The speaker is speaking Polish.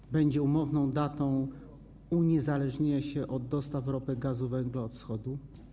Czy będzie umowną datą uniezależnienia się od dostaw ropy, gazu, węgla od Wschodu?